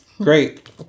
great